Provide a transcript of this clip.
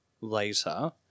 later